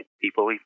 people